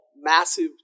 massive